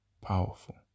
powerful